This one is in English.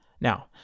Now